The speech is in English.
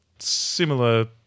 Similar